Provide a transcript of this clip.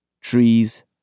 trees